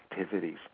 activities